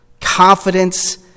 Confidence